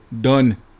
Done